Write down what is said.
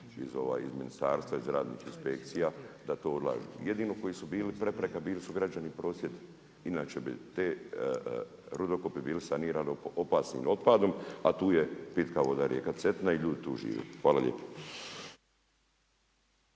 iz ministarstva iz raznih inspekcija da to odlažu. Jedino koji su bili prepreka bili su građani … inače bi te rudokopi bili sanirani opasnim otpadom, a tu je pitka voda rijeka Cetina i ljudi tu žive. Hvala lijepo.